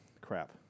Crap